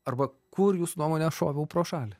arba kur jūsų nuomone aš šoviau pro šalį